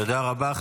תודה רבה.